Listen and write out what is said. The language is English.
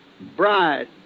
bride